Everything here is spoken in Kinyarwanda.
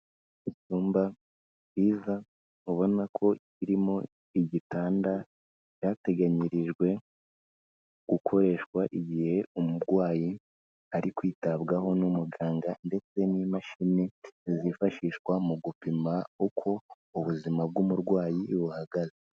Icyumba cyiza ubona kirimo igitanda cyateganyirijwe gukoreshwa igihe umurwayi ari kwitabwaho n'umuganga ndetse n'imashini zifashishwa mu gupima uko ubuzima bw'umurwayi buhagaze.